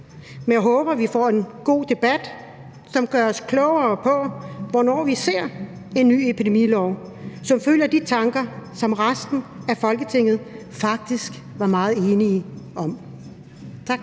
Men jeg håber, at vi får en god debat, som gør os klogere på, hvornår vi ser en ny epidemilov, som følger de tanker, som resten af Folketinget faktisk var meget enige om. Tak.